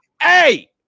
hey